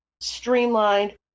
streamlined